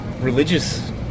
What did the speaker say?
religious